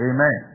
Amen